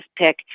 pick